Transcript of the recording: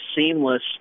seamless